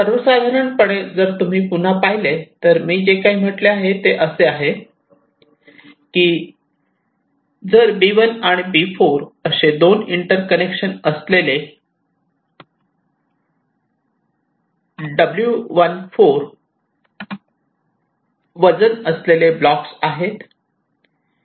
सर्वसाधारणपणे जर तुम्ही पुन्हा पाहिले तर मी जे काही म्हटले आहे ते असे आहे की जर B1 आणि B4 असे दोन इंटर्कनेक्शन असलेले W14 वजन असलेले ब्लॉक्स आहे